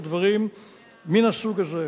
או דברים מן הסוג הזה.